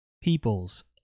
peoples